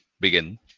begin